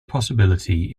possibility